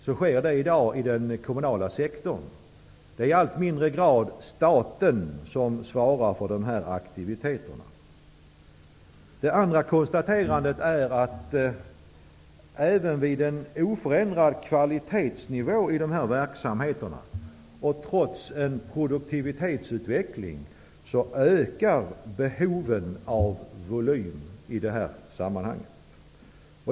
Det sker i dag i den kommunala sektorn. Det är i allt mindre grad staten som svarar för dessa aktiviteter. Det andra konstaterandet är, att även med en oförändrad kvalitetsnivå inom dessa verksamheter och trots en produktivitetsutveckling ökar behoven av volym i detta sammanhang.